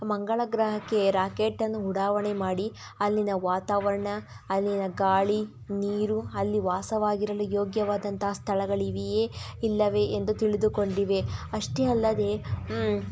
ಮಂಗಳ ಗ್ರಹಕ್ಕೆ ರಾಕೆಟನ್ನು ಉಡಾವಣೆ ಮಾಡಿ ಅಲ್ಲಿನ ವಾತಾವರಣ ಅಲ್ಲಿನ ಗಾಳಿ ನೀರು ಅಲ್ಲಿ ವಾಸವಾಗಿರಲು ಯೋಗ್ಯವಾದಂಥ ಸ್ಥಳಗಳಿವೆಯೇ ಇಲ್ಲವೇ ಎಂದು ತಿಳಿದುಕೊಂಡಿವೆ ಅಷ್ಟೇ ಅಲ್ಲದೇ